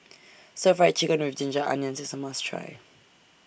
Stir Fry Chicken with Ginger Onions IS A must Try